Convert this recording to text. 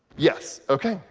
yes, ok,